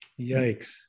yikes